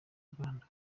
rwanda